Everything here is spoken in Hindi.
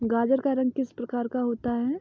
गाजर का रंग किस प्रकार का होता है?